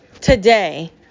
Today